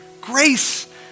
grace